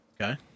Okay